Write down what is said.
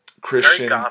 Christian